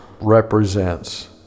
represents